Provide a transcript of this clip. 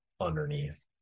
underneath